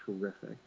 terrific